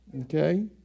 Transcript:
Okay